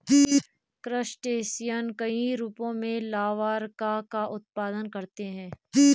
crustacean कई रूपों में लार्वा का उत्पादन करते हैं